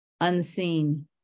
unseen